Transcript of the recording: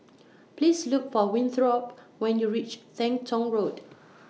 Please Look For Winthrop when YOU REACH Teng Tong Road